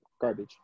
garbage